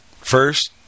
first